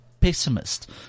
pessimist